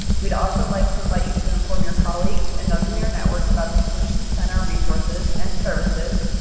we'd also like to invite you to inform your colleagues and those in your networks about the solutions center resources and services,